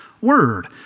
word